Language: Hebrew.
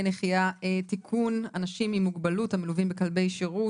נחייה (תיקון אנשים עם מוגבלות המלווים בכלבי שירות),